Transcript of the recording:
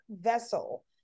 vessel